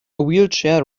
wheelchair